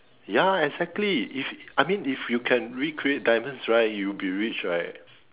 ya exactly if I mean if you can recreate diamonds right you will be rich right